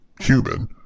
human